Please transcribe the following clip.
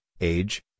age